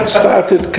started